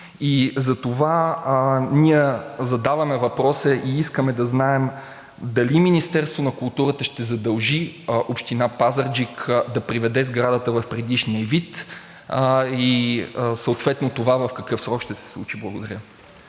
Затова ние задаваме въпроса и искаме да знаем дали Министерството на културата ще задължи Община Пазарджик да приведе сградата в предишния ѝ вид и съответно това в какъв срок ще се случи? Благодаря.